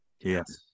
Yes